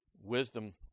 Wisdom